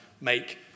make